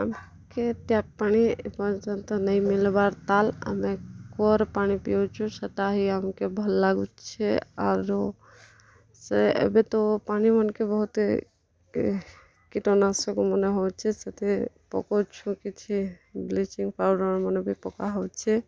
ଆମ୍କେ ଟ୍ୟାପ୍ ପାଣି ଏପର୍ଯ୍ୟନ୍ତ ନାଇଁ ମିଲ୍ବାର୍ ତାଏଲ୍ ଆମେ କୂଅଁର୍ ପାଣି ପିଉଛୁଁ ସେଟା ହିଁ ଆମ୍କେ ଭଲ୍ ଲାଗୁଛେ ଆରୁ ସେ ଏବେ ତ ପାଣି ମାନ୍ଙ୍କୁ ବହୁତ୍ କୀଟନାଶକ ମାନେ ହେଉଛେ ସେଥି ପକଉଛୁଁ କିଛି ବ୍ଲିଚିଙ୍ଗ୍ ପାଉଡ଼ର୍ ମାନେ ବି ପକା ହେଉଛେ